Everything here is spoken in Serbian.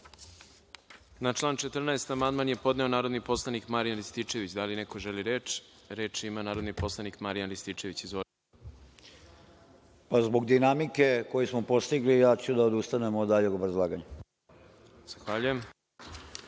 Na član 14. amandman je podneo narodni poslanik Marijan Rističević. Da li neko želi reč? Reč ima narodni poslanik Marijan Rističević. **Marijan Rističević** Zbog dinamike koju smo postigli ja ću da odustanem od daljeg obrazlaganja. **Đorđe